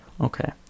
okay